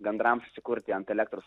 gandrams įsikurti ant elektros